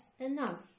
enough